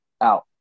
out